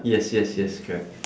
yes yes yes correct